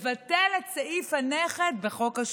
לבטל את סעיף הנכד בחוק השבות,